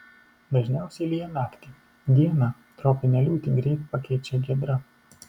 dažniausiai lyja naktį dieną tropinę liūtį greit pakeičia giedra